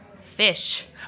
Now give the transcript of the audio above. Fish